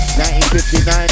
1959